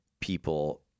people